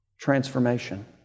transformation